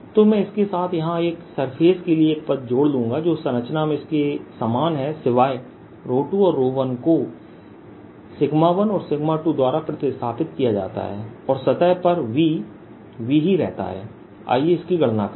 तो मैं इसके साथ यहां एक सरफेस के लिए एक पद जोड़ लूंगा जो संरचना में इसके समान है सिवाय 2 और 1 को 1 और 2 द्वारा प्रतिस्थापित किया जाता है और सतह पर V V ही रहता है आइए इसकी गणना करें